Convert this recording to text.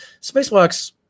spacewalks